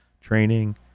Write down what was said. training